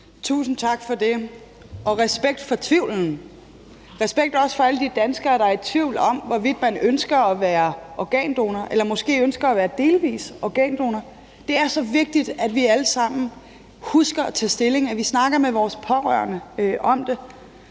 Tusind tak for det. Og respekt for tvivlen. Respekt også til alle de danskere, der i tvivl om, hvorvidt man ønsker at være organdonor eller måske ønsker at være delvis organdonor. Det er så vigtigt, at vi alle sammen husker at tage stilling, og at vi snakker med vores pårørende om det.